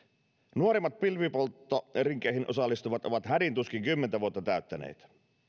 nuorimmat pilvenpolttorinkeihin osallistuvat ovat hädin tuskin kymmentä vuotta täyttäneitä